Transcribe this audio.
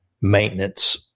maintenance